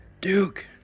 Duke